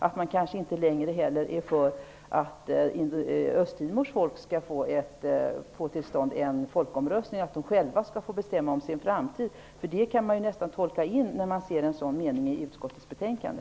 Är vi kanske inte längre för att Östtimors folk skall få till stånd en folkomröstning och att de själva skall få bestämma om sin framtid? Det kan man nästan tolka in i denna mening i utskottets betänkande.